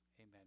amen